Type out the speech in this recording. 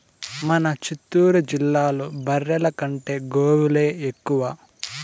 మన చిత్తూరు జిల్లాలో బర్రెల కంటే గోవులే ఎక్కువ